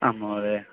आं महोदय